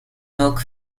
milk